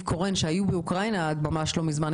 קורן שהיו באוקראינה עד ממש לא מזמן,